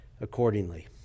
accordingly